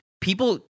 people